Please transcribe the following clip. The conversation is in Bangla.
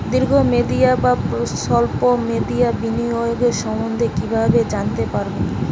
দীর্ঘ মেয়াদি বা স্বল্প মেয়াদি বিনিয়োগ সম্বন্ধে কীভাবে জানতে পারবো?